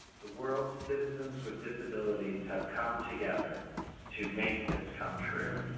the world's citizens with disabilities have come together to make this come true.